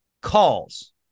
calls